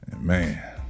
man